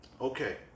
Okay